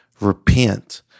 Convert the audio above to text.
repent